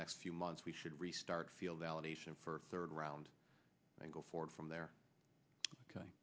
next few months we should restart field validation for third round and go forward from there